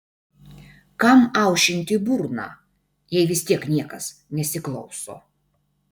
kam aušinti burną jei vis tiek niekas nesiklauso